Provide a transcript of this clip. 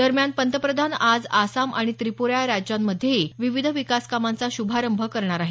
दरम्यान पंतप्रधान आज आसाम आणि त्रिप्रा या राज्यांमध्येही विविध विकासकामांचा श्रभारंभ करणार आहेत